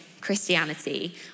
Christianity